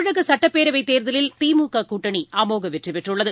தமிழக சட்டப்பேரவை தேர்தலில் திழக கூட்டணி அமோக வெற்றி பெற்றுள்ளது